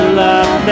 love